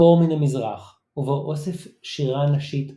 "אור מן המזרח" ובו אוסף שירה נשית אותנטית.